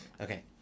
Okay